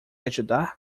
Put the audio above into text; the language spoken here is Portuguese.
ajudar